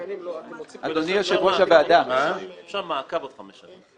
אפשר שרק המעקב יהיה חמש שנים.